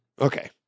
okay